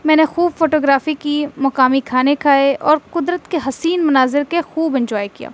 میں نے خوب فوٹوگرافی کی مقامی کھانے کھائے اور قدرت کے حسین مناظر کے خوب انجوائے کیا